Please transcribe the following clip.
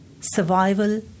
survival